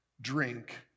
drink